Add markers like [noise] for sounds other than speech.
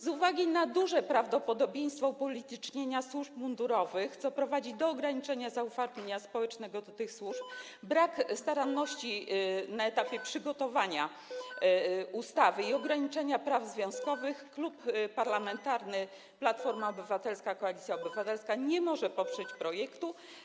Z uwagi na duże prawdopodobieństwo upolitycznienia służb mundurowych, co prowadzi do ograniczenia zaufania społecznego do tych służb, brak staranności [noise] na etapie przygotowywania ustawy i ograniczenie praw związkowych, Klub Parlamentarny Platforma Obywatelska - Koalicja Obywatelska nie może poprzeć projektu.